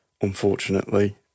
unfortunately